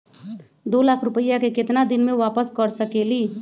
दो लाख रुपया के केतना दिन में वापस कर सकेली?